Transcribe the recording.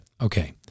Okay